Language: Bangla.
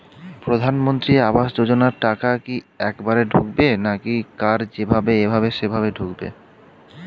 প্রধানমন্ত্রী আবাস যোজনার টাকা কি একবারে ঢুকবে নাকি কার যেভাবে এভাবে সেভাবে ঢুকবে?